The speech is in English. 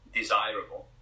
desirable